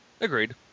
Agreed